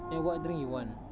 then what drink you want